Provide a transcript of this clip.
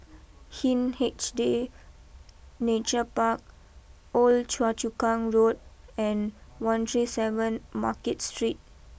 Hindhede Nature Park Old Choa Chu Kang Road and one three seven Market Street